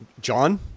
John